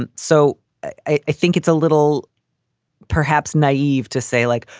and so i think it's a little perhaps naive to say like,